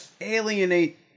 alienate